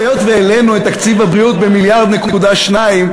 שהעלינו את תקציב הבריאות ב-1.2 מיליארד,